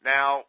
Now